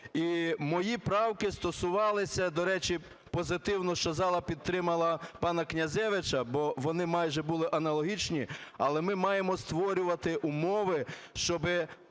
мої правки стосувалися, до речі, позитивно, що зала підтримала пана Князевича, бо вони майже були аналогічні, але ми маємо створювати умови, щоби